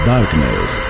Darkness